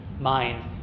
mind